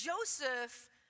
Joseph